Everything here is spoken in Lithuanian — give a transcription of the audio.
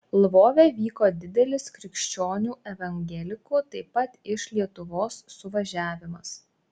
lvove vyko didelis krikščionių evangelikų taip pat iš lietuvos suvažiavimas